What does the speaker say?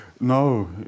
No